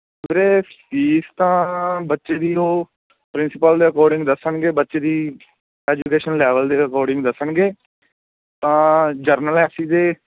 ਵੀਰੇ ਫੀਸ ਤਾਂ ਬੱਚੇ ਦੀ ਉਹ ਪ੍ਰਿੰਸੀਪਲ ਦੇ ਅਕੋਰਡਿੰਗ ਦੱਸਣਗੇ ਬੱਚੇ ਦੀ ਐਜੂਕੇਸ਼ਨ ਲੈਵਲ ਦੇ ਅਕੋਰਡਿੰਗ ਦੱਸਣਗੇ ਤਾਂ ਜਨਰਲ ਐਸ ਸੀ ਦੇ